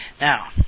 Now